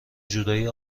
جورایی